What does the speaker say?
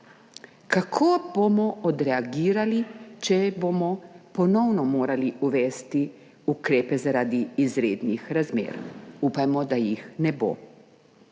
Kako bomo odreagirali, če bomo ponovno morali uvesti ukrepe zaradi izrednih razmer? Upajmo, da jih ne bo.